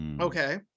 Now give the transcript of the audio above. okay